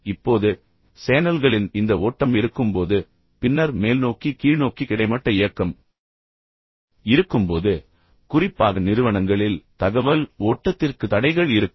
இப்போது சேனல்களின் இந்த ஓட்டம் இருக்கும்போது பின்னர் மேல்நோக்கி கீழ்நோக்கி கிடைமட்ட இயக்கம் இருக்கும்போது குறிப்பாக நிறுவனங்களில் தகவல் ஓட்டத்திற்கு தடைகள் இருக்கும்